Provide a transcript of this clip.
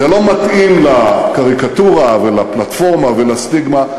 זה לא מתאים לקריקטורה ולפלטפורמה ולסטיגמה,